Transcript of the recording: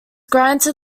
granted